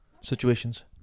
situations